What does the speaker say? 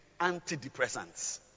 antidepressants